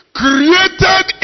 created